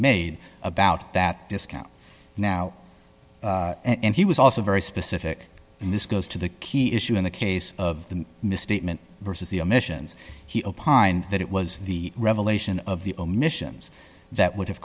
made about that discount now and he was also very specific and this goes to the key issue in the case of the misstatement versus the omissions he opined that it was the revelation of the omissions that would have